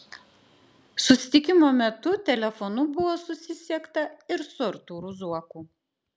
susitikimo metu telefonu buvo susisiekta ir su artūru zuoku